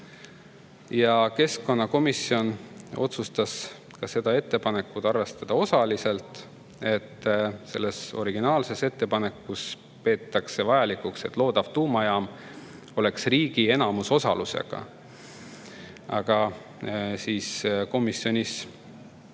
Keskkonnakomisjon otsustas seda ettepanekut arvestada osaliselt. Originaalses ettepanekus peetakse vajalikuks, et loodav tuumajaam oleks riigi enamusosalusega. Aga komisjonis